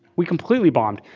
we completely bombed.